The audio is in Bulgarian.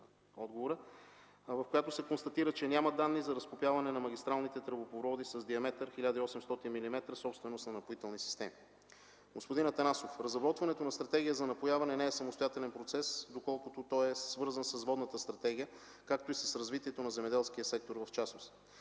отговора. От проверката се констатира, че няма данни за разкопаване на магистрални тръбопроводи с диаметър 1800 мм, собственост на „Напоителни системи”. Господин Атанасов, разработването на стратегия за напояване не е самостоятелен процес, доколкото той е свързан с Водната стратегия, както и с развитието на земеделския сектор в частност.